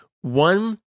One